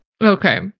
okay